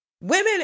women